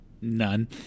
None